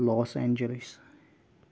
Los Angeles